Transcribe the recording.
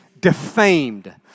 defamed